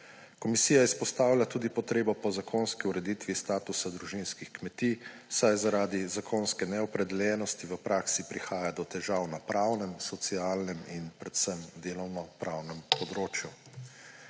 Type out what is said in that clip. tudi izpostavila potrebo po zakonski ureditvi statusa družinskih kmetij, saj zaradi zakonske neopredeljenosti v praksi prihaja do težav na pravnem, socialnem in predvsem delovnopravnem področju.